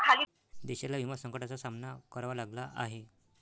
देशाला विमा संकटाचा सामना करावा लागला आहे